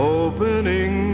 opening